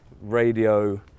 radio